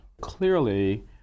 Clearly